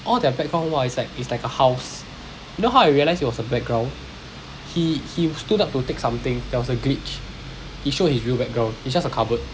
all their background !wah! is like is like a house you know how I realised it was a background he he stood up to take something there was a glitch he showed his real background it's just a cupboard